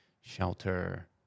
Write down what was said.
shelter